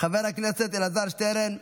חבר הכנסת אלעזר שטרן,